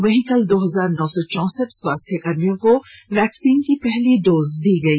वहीं कल दो हजार नौ सौ चौसठ स्वास्थ्यकर्मियों को वैक्सीन की पहली डोज दी गई